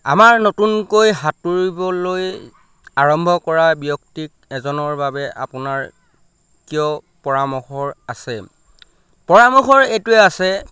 আমাৰ নতুনকৈ সাঁতুৰিবলৈ আৰম্ভ কৰা ব্যক্তি এজনৰ বাবে আপোনাৰ কিয় পৰামৰ্শ আছে পৰামৰ্শৰ এইটোৱে আছে